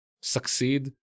succeed